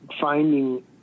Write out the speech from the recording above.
finding